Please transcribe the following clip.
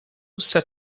such